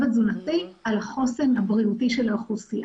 התזונתי על החוסן הבריאותי של האוכלוסייה.